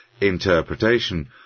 interpretation